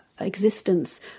existence